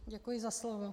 Děkuji za slovo.